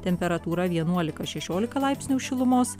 temperatūra vienuolika šešiolika laipsnių šilumos